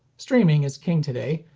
streaming is king today,